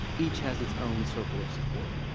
each has its own circle of support.